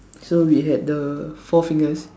so we had the four fingers